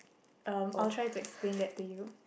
um I'll try to explain that to you